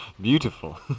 Beautiful